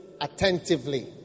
attentively